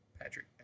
Patrick